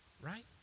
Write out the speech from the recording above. right